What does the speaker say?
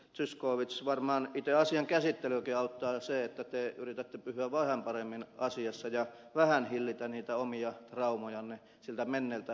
zyskowicz varmaan itse asian käsittelyäkin auttaa se että te yritätte pysyä vähän paremmin asiassa ja vähän hillitä niitä omia traumojanne niiltä menneiltä vuosikymmeniltä